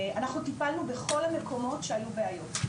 אנחנו טיפלנו בכל המקומות שהיו בעיות,